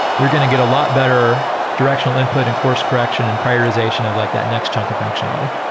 you're going to get a lot better directional input and course correction and prioritization of like that next chunk of functionality.